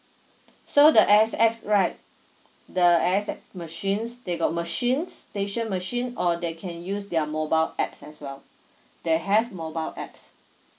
so the A_X_S right the A_X_S machines they got machines station machine or they can use their mobile apps as well they have mobile apps